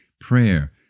prayer